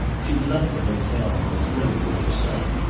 she'd left the hotel, and is living with her son.